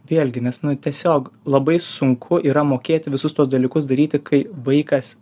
vėlgi nes nu tiesiog labai sunku yra mokėti visus tuos dalykus daryti kai vaikas